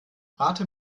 rate